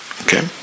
Okay